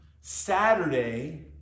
Saturday